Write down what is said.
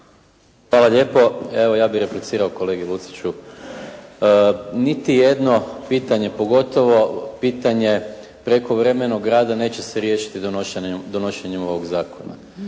Hvala lijepo. Evo, ja bih replicirao kolegi Luciću. Niti jedno pitanje, pogotovo pitanje prekovremenog rada neće se riješiti donošenjem ovog zakona.